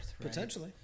potentially